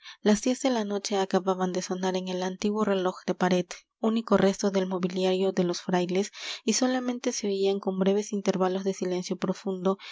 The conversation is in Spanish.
las diez de la noche acababan de sonar en el antiguo reloj de pared único resto del mobiliario de los frailes y solamente se oían con breves intervalos de silencio profundo